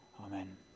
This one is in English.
Amen